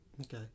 Okay